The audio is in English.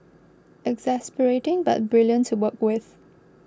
exasperating but brilliant to work with